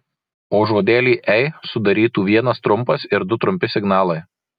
o žodelį ei sudarytų vienas trumpas ir du trumpi signalai